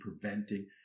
preventing